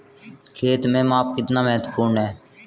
खेत में माप कितना महत्वपूर्ण है?